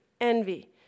envy